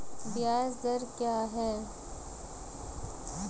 ब्याज दर क्या है?